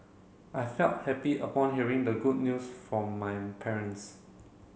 I felt happy upon hearing the good news from my parents